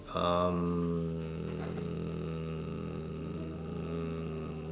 um